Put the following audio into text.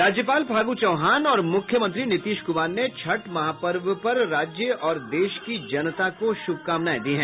राज्यपाल फागू चौहान और मुख्यमंत्री नीतीश कुमार ने छठ महापर्व पर राज्य और देश की जनता को शुभकामनाएं दी है